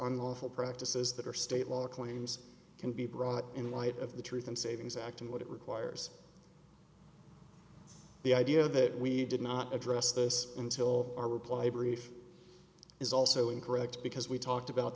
unlawful practices that are state law claims can be brought in light of the truth in savings act and what it requires the idea that we did not address this until our reply brief it is also incorrect because we talked about